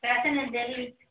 पैसे नेईं दे